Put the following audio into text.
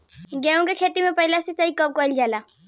गेहू के खेती मे पहला सिंचाई कब कईल जाला?